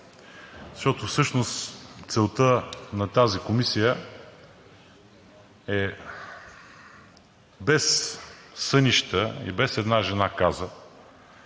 защото всъщност целта на тази комисия е без сънища и „без една жена каза“